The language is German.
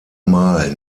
mal